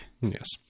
yes